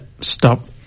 stop